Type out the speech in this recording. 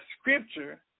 scripture